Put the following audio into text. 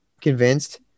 convinced